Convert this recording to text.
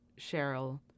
Cheryl